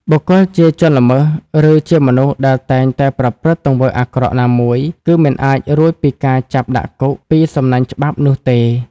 បុគ្គលជាជនល្មើសឬជាមនុស្សដែលតែងតែប្រព្រឹត្តទង្វើអាក្រក់ណាមួយ គឺមិនអាចរួចពីការចាប់ដាក់គុក ពីសំណាញ់ច្បាប់នោះទេ។